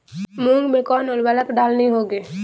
मूंग में कौन उर्वरक डालनी होगी?